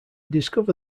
discover